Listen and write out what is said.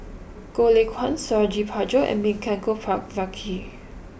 Goh Lay Kuan Suradi Parjo and Milenko Prvacki